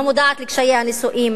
לא מודעת לקשיי הנישואים.